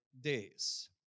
days